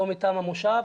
לא מטעם המושב,